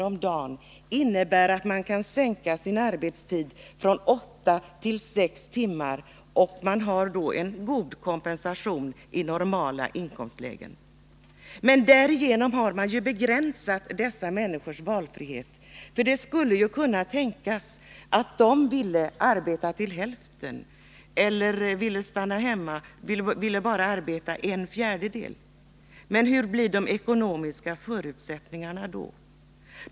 om dagen innebär att man kan sänka sin arbetstid från åtta till sex timmar, och man har då en god kompensation i normala inkomstlägen. Men därigenom begränsas ju dessa människors valfrihet. Det skuile kunna tänkas att de ville arbeta till hälften eller bara till en fjärdedel av full arbetstid. Men hur blir de ekonomiska förutsättningarna då?